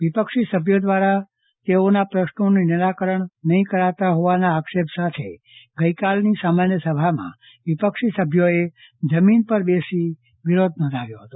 વિપક્ષી સભ્યો દ્વારા તેમના પ્રશ્નોનું નિરાકરણ નહીં કરાતા હોવાના આક્ષેપ સાથે ગઈકાલની સામાન્ય સભામાં વિપક્ષી સભ્યોએ જમીન પર બેસી વિરોધ નોંધાવ્યો હતો